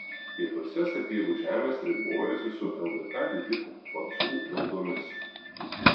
pietuose sapiegų žemės ribojosi su ldk didikų pacų valdomis